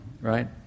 Right